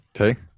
Okay